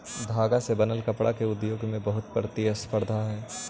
धागा से बनल कपडा के उद्योग में बहुत प्रतिस्पर्धा हई